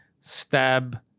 stab